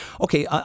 Okay